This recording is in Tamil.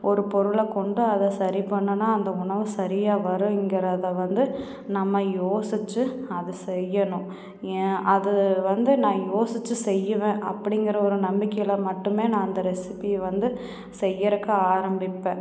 ஒரு பொருளைக் கொண்டு அதை சரி பண்ணுனா அந்த உணவு சரியாக வருங்கிறதை வந்து நம்ம யோசிச்சு அதை செய்யணும் ஏன் அது வந்து நான் யோசிச்சு செய்வேன் அப்படிங்கிற ஒரு நம்பிக்கையில் மட்டுமே நான் அந்த ரெசிபி வந்து செய்யறதுக்கு ஆரம்பிப்பேன்